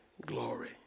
glory